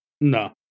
No